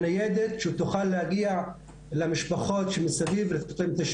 והבנה למה מגיע לכל אזרח לקבל מהמדינה.